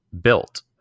built